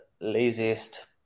laziest